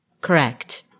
Correct